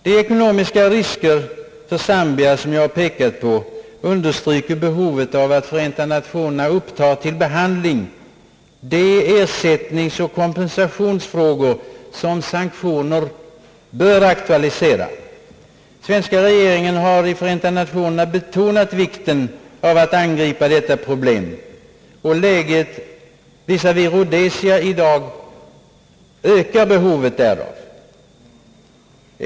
De ekonomiska risker för Zambia som jag har pekat på understryker behovet av att Förenta Nationerna upptar till behandling de ersättningsoch kompensationsfrågor som sanktioner bör aktualisera. Den svenska regeringen har i Förenta Nationerna betonat vikten av att angripa dessa problem. Läget visavi Rhodesia i dag ökar behovet härav.